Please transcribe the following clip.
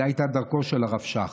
זו הייתה דרכו של הרב שך.